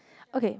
okay